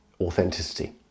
authenticity